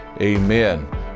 amen